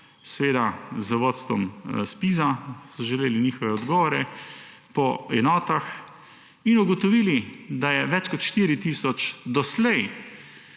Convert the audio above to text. seveda z vodstvom ZPIZ-a, so želeli njihove odgovore po enotah in ugotovili, da je več kot 4 tisoč doslej